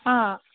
ꯑꯥ